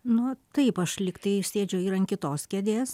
nu taip aš lyg tai sėdžiu ir ant kitos kėdės